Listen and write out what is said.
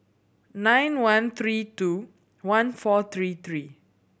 nine one three two one four three three